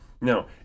Now